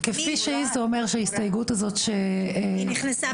"כפי שהיא" זה אומר שההסתייגות הזו ש --- היא נכנסה,